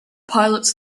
pilots